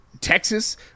Texas